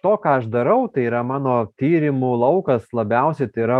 to ką aš darau tai yra mano tyrimų laukas labiausiai tai yra